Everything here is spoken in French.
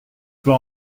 pas